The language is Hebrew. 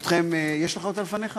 ברשותכם, יש לך אותה לפניך?